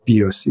BOC